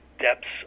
depths